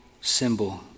symbol